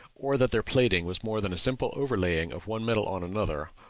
or that their plating was more than a simple overlaying of one metal on another,